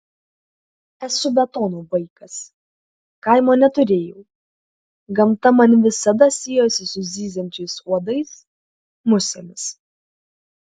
esu betono vaikas kaimo neturėjau gamta man visada siejosi su zyziančiais uodais musėmis